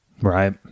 Right